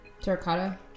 terracotta